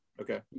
Okay